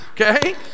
Okay